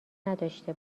نداشته